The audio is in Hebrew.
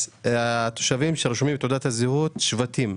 התושבים שרשומים בתעודת הזהות כשבטים.